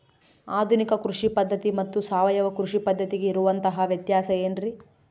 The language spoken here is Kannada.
ಆಧುನಿಕ ಕೃಷಿ ಪದ್ಧತಿ ಮತ್ತು ಸಾವಯವ ಕೃಷಿ ಪದ್ಧತಿಗೆ ಇರುವಂತಂಹ ವ್ಯತ್ಯಾಸ ಏನ್ರಿ?